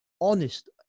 honest